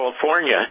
California